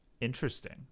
interesting